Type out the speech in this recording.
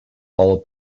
all